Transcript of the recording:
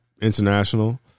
international